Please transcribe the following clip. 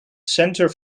centre